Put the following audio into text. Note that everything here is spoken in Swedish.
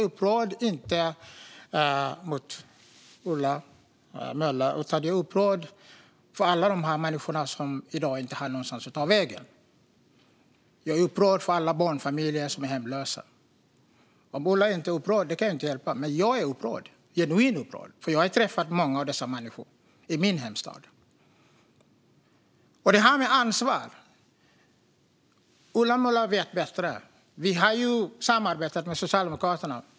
Herr talman! Jag kan börja med att säga att ja, jag är upprörd, men inte över Ola Möller utan över att det finns människor som i dag inte har någonstans att ta vägen. Jag är upprörd över att det finns barnfamiljer som är hemlösa. Att Ola Möller inte är upprörd kan jag inte hjälpa. Men jag är genuint upprörd. Jag har träffat många av dessa människor i min hemstad. När det gäller ansvar vet Ola Möller bättre. Vi har samarbetat med Socialdemokraterna.